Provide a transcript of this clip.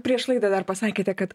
prieš laidą dar pasakėte kad